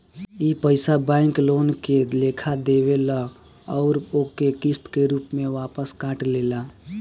ई पइसा bank loan के लेखा देवेल अउर ओके किस्त के रूप में वापस काट लेला